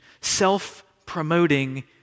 self-promoting